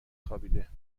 خوابیده